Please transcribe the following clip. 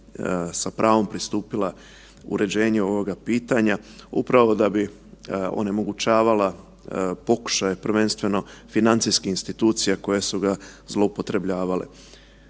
sa pravom pristupila uređenju ovoga pitanja upravo da bi onemogućavala pokušaj, prvenstveno financijskih institucija koje su ga zloupotrebljavale.